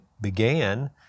began